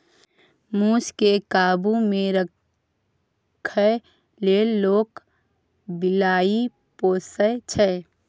मुस केँ काबु मे राखै लेल लोक बिलाइ पोसय छै